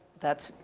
that's,